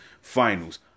Finals